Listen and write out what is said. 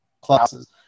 classes